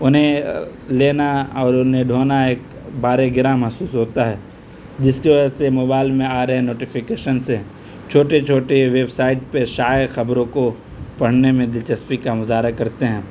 انہیں لینا اور انہیں ڈھونا ایک بار گراں محسوس ہوتا ہے جس کی وجہ سے موبائل میں آ رہے نوٹیفکیشن سے چھوٹے چھوٹے ویب سائٹ پہ شائع خبروں کو پڑھنے میں دلچسپی کا مظاہرہ کرتے ہیں